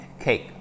cake